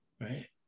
right